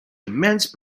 immense